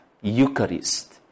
Eucharist